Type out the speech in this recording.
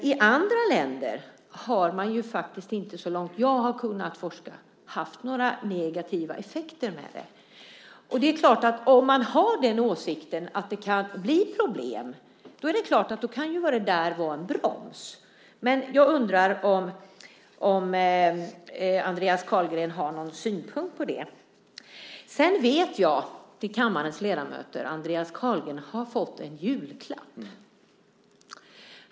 I andra länder har man inte, så långt jag har kunnat forska, haft några negativa effekter av det. Om man har den åsikten att det kan bli problem är det klart att det kan vara en broms. Jag undrar om Andreas Carlgren har någon synpunkt på det. Jag vet, vill jag säga till kammarens ledamöter, att Andreas Carlgren har fått en julklapp.